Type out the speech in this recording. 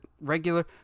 regular